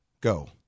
Go